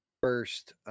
first